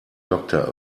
doctor